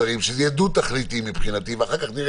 העצור שהתגלה אתמול כחולה